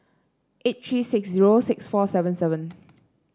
eight three six zero six four seven seven